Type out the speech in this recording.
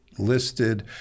Listed